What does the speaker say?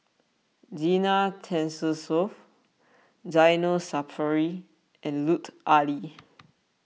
Zena Tessensohn Zainal Sapari and Lut Ali